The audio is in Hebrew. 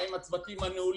מה עם הצוותים הניהוליים?